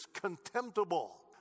contemptible